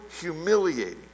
humiliating